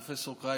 פרופ' קרייס,